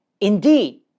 Indeed